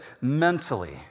mentally